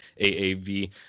AAV